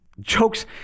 jokes